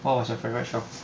what was your favourite show